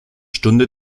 stunde